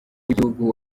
w’igihugu